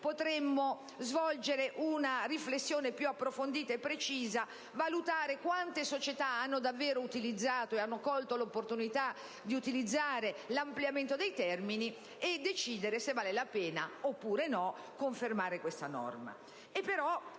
potremmo svolgere una riflessione più approfondita e precisa, valutare quante società hanno davvero utilizzato e colto l'opportunità di utilizzare l'ampliamento dei termini e decidere se valga la pena oppure no confermare questa norma.